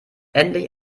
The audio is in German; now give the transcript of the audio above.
endlich